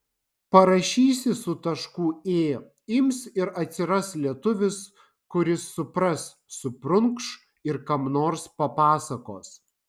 parašysi su tašku ė ims ir atsiras lietuvis kuris supras suprunkš ir kam nors papasakos